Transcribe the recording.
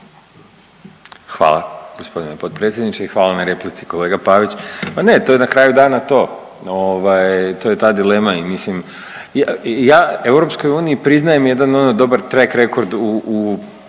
Hvala g. potpredsjedniče i hvala na replici kolega Pavić. Pa ne, to je na kraju dana to, ovaj to je ta dilema i mislim, ja EU priznajem jedan ono dobar trekrekord u,